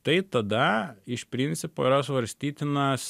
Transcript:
tai tada iš principo yra svarstytinas